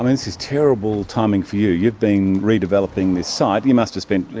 and this is terrible timing for you. you've been redeveloping this site. you must have spent,